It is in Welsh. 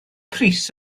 pris